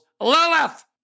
Lilith